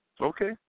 Okay